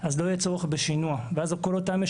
לא משהו אמורפי, כללי.